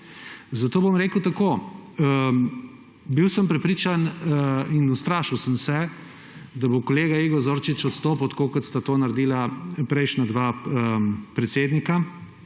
Zato bom rekel tako. Bil sem prepričan in ustrašil sem se, da bo kolega Igor Zorčič odstopil, tako kot sta to naredila prejšnja dva predsednika,